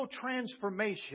transformation